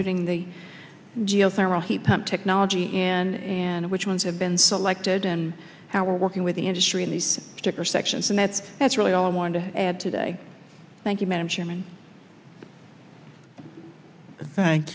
putting the geothermal heat pump technology and which ones have been selected and how we're working with the industry in these particular sections and that that's really all i wanted to add today thank you madam chairman thank